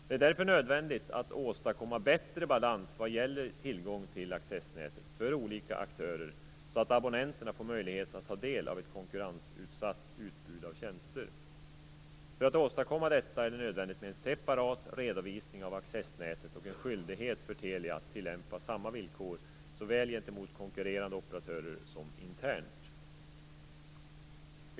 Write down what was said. Det är därför nödvändigt att åstadkomma en bättre balans vad gäller tillgång till accessnätet, för olika aktörer, så att abonnenterna får möjlighet att ta del av ett konkurrensutsatt utbud av tjänster. För att åstadkomma detta är det nödvändigt med en separat redovisning av accessnätet och en skyldighet för Telia att tillämpa samma villkor såväl gentemot konkurrerande operatörer som internt.